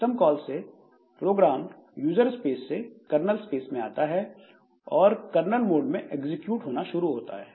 system call से program user space से kernel space में जाता है और कर्नल मोड में एग्जीक्यूट होना शुरू होता है